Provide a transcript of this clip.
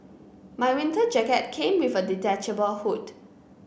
my winter jacket came with a detachable hood